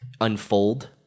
unfold